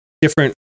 different